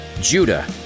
Judah